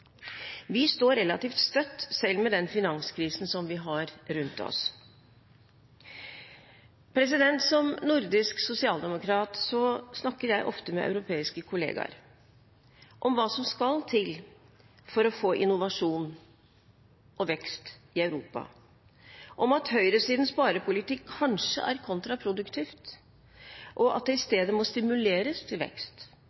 Vi står relativt støtt selv med den finanskrisen som vi har rundt oss. Som nordisk sosialdemokrat snakker jeg ofte med europeiske kolleger om hva som skal til for å få innovasjon og vekst i Europa, om at høyresidens sparepolitikk kanskje er kontraproduktiv, og at det i